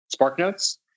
SparkNotes